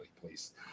please